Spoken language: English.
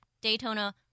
Daytona